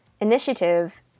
initiative